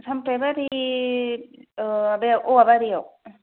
सामथाइबारि बे आवा बारिआव